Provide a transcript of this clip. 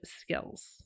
skills